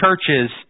churches